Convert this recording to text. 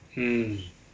mm